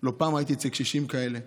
לא פעם הייתי אצל קשישים כאלה,